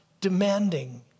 demanding